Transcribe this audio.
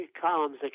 columns